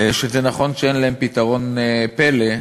וזה נכון שאין להם פתרון פלא,